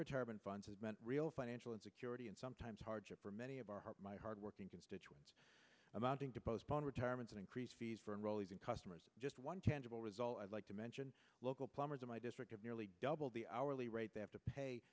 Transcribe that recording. retirement funds meant real financial insecurity and sometimes hardship for many of our my hardworking constituents amounting to postpone retirement and increased fees for enrollees in customers just one tangible result i'd like to mention local plumbers in my district nearly double the hourly rate they have to pay